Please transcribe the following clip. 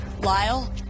Lyle